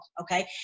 okay